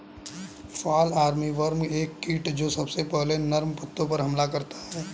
fall armyworm एक कीट जो सबसे पहले नर्म पत्तों पर हमला करता है